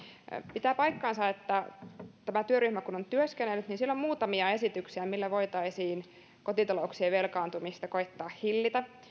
pitää paikkansa että kun tämä työryhmä on työskennellyt niin siellä on muutamia esityksiä joilla voitaisiin kotitalouksien velkaantumista koettaa hillitä